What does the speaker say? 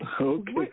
Okay